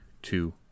two